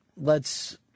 lets